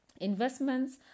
Investments